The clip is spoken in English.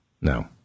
no